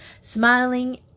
smiling